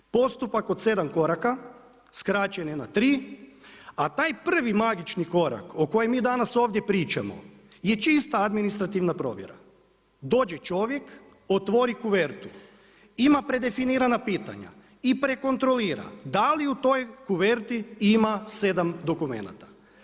Postupak od 7 koraka skraćen je na 3, a taj prvi magični korak o kojem mi danas ovdje pričamo je čista administrativna provjera, dođe čovjek, otvori kovertu, ima predefinirana pitanja, i prekontrolira da li u toj kuvertu ima 7 dokumenata.